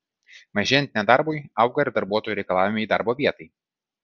mažėjant nedarbui auga ir darbuotojų reikalavimai darbo vietai